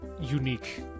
unique